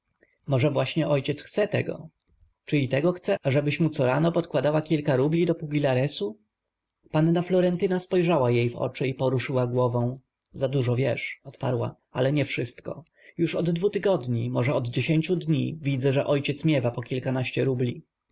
może właśnie ojciec chce tego czy i tego chce ażebyś mu co rano podkładała kilka rubli do pugilaresu panna florentyna spojrzała jej w oczy i poruszyła głową zadużo wiesz odparła ale nie wszystko już od dwu tygodni może od dziesięciu dni widzę że ojciec miewa po kilkanaście rubli